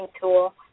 tool